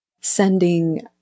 sending